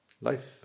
life